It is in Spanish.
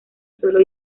solo